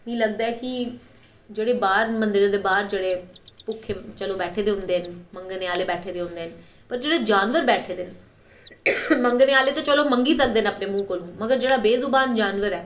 मीं लगदा ऐ कि जेह्ड़े बाह्र मन्दरें दे बाह्र जेह्ड़े भुक्खे दे मंगनें आह्ले बैठे दे होंदे न पर जेह्ड़े जानवर बैठे दे न मंगनें आह्ले ते चलो मंगी सकदे न पर जेह्ड़े बेजुवान जानवर न